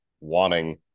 wanting